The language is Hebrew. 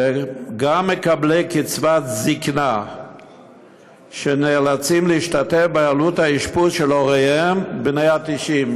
שגם מקבלי קצבת זקנה נאלצים להשתתף בעלות האשפוז של הוריהם בני ה-90,